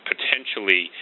potentially